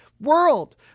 world